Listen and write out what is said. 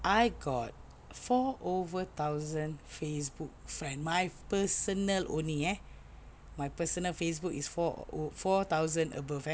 I got four over thousand Facebook friends my personal only eh my personal Facebook is four ov~ four thousand above eh